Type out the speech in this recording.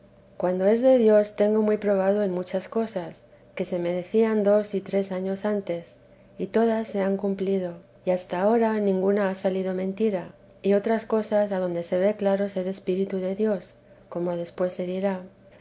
cuando es de dios tengo muy probado en muchas cosas que se me decían dos y tres años antes y todas se han cumplido y hasta ahora ninguna ha salido mentira y otras cosas adonde se ve claro ser espíritu de dios como después se dirá